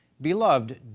Beloved